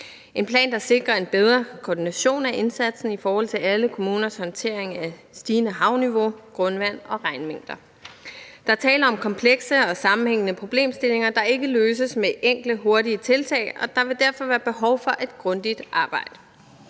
en plan, der sikrer en bedre koordination af indsatsen i forhold til alle kommuners håndtering af stigende havniveau, grundvand og regnmængder. Der er tale om komplekse og sammenhængende problemstillinger, der ikke løses med enkle hurtige tiltag, og der vil derfor være behov for et grundigt arbejde.